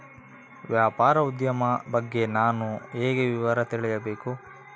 ವ್ಯಾಪಾರೋದ್ಯಮ ಬಗ್ಗೆ ನಾನು ಹೇಗೆ ವಿವರ ತಿಳಿಯಬೇಕು?